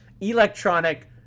electronic